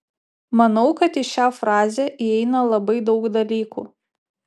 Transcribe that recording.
manau kad į šią frazę įeina labai daug dalykų